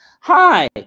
Hi